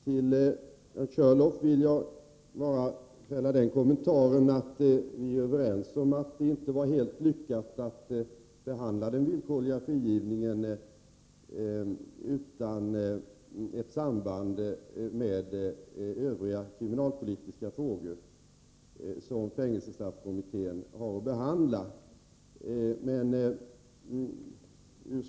Till herr Körlof vill jag bara fälla den kommentaren att vi är överens om att det inte var helt lyckat att behandla den villkorliga frigivningen utan samband med övriga kriminalpolitiska frågor som fängelsestraffkommittén har att behandla.